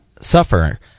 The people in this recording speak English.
suffer